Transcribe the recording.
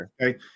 Okay